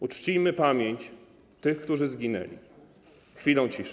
Uczcijmy pamięć tych, którzy zginęli, chwilą ciszy.